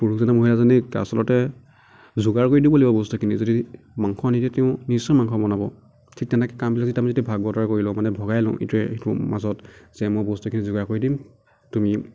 পুৰুষজনে মহিলাজনীক আচলতে যোগাৰ কৰি দিব লাগিব বস্তুখিনি যদি মাংস আনি দিয়ে তেওঁ নিশ্চয় মাংস বনাব ঠিক তেনেকৈ কামবিলাক যদি আমি যদি ভাগ বতৰা কৰি লওঁ মানে ভগাই লৈ ইটোৱে সিটোৰ মাজত যে মই বস্তুখিনি যোগাৰ কৰি দিম তুমি